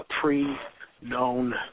pre-known